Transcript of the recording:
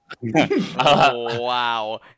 Wow